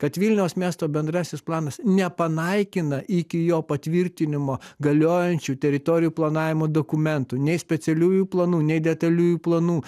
kad vilniaus miesto bendrasis planas nepanaikina iki jo patvirtinimo galiojančių teritorijų planavimo dokumentų nei specialiųjų planų nei detaliųjų planų